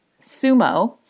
sumo